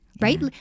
right